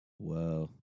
whoa